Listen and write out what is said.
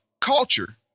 culture